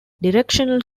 directional